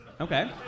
Okay